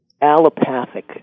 allopathic